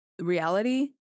reality